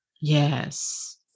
Yes